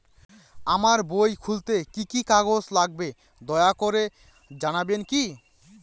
আমার বই খুলতে কি কি কাগজ লাগবে দয়া করে জানাবেন কি?